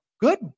good